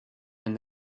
and